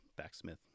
backsmith